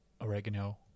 oregano